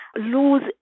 lose